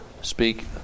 speak